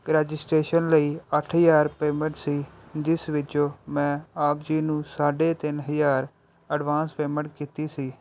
registration ਲਈ ਅੱਠ ਹਜ਼ਾਰ ਪੇਮੈਂਟ ਸੀ ਜਿਸ ਵਿੱਚੋਂ ਮੈਂ ਆਪ ਜੀ ਨੂੰ ਸਾਢੇ ਤਿੰਨ ਹਜ਼ਾਰ ਐਡਵਾਂਸ ਪੇਮੈਂਟ ਕੀਤੀ ਸੀ